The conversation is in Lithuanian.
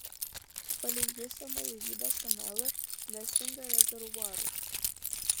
palei hjustono laivybos kanalą nestinga rezervuarų